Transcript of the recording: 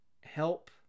help